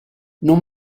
non